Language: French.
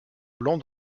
blancs